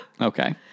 Okay